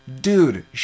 dude